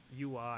ui